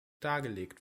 dargelegt